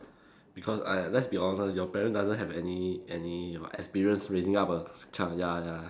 because !aiya! let's be honest your parents doesn't have any any experience raising up a child ya ya